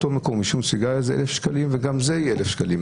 עישון סיגריה זה 1,000 שקלים וגם זה יהיה 1,000 שקלים.